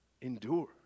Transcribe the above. Endure